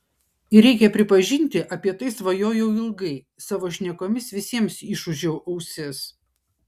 ir reikia pripažinti apie tai svajojau ilgai savo šnekomis visiems išūžiau ausis